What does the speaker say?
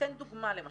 אתן דוגמא למשל.